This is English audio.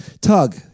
Tug